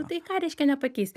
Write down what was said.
nu tai ką reiškia nepakeis